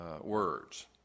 words